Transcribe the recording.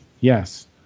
Yes